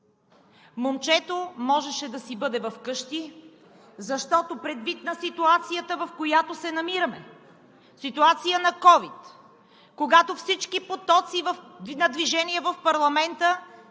Момчето можеше да си бъде вкъщи, защото предвид на ситуацията, в която се намираме, ситуация на Ковид, когато всички потоци на движение в парламента